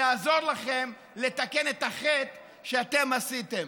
לעזור לכם לתקן את החטא שאתם עשיתם.